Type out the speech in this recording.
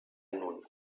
nun